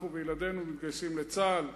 אנחנו וילדינו מתגייסים לצה"ל.